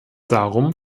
darum